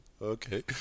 Okay